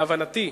להבנתי,